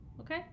Okay